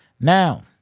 Now